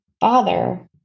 father